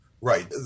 Right